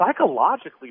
psychologically